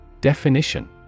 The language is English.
Definition